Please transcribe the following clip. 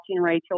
Rachel